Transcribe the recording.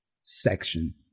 section